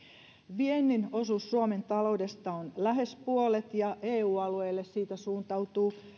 viennin osuus suomen taloudesta on lähes puolet ja eu alueelle siitä suuntautuu